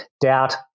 Doubt